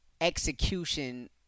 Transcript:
execution